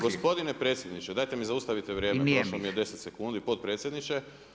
Gospodine predsjedniče, dajte mi zaustavite vrijeme, prošlo mi je 10 sekundi, potpredsjedniče.